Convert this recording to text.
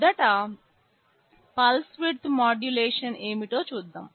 మొదట pulse width modulation ఏమిటో చూద్దాం